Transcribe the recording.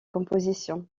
compositions